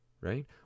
Right